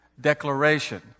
declaration